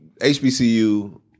HBCU